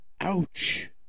Ouch